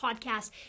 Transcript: podcast